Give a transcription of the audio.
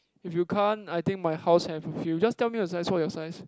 if you can't I think my house have a few just tell me your size what your size